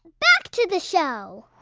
back to the show